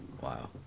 Wow